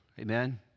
Amen